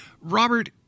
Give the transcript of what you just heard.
Robert